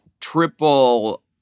triple